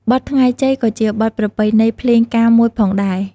បទថ្ងៃជ័យក៏ជាបទប្រពៃណីភ្លេងការមួយផងដែរ។